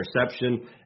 interception